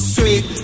Sweet